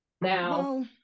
Now